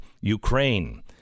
Ukraine